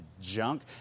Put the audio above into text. junk